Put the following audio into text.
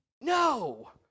No